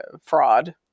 fraud